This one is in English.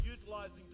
utilizing